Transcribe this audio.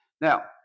Now